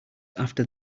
after